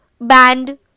band